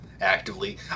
actively